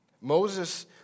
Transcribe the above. Moses